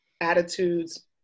attitudes